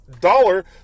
dollar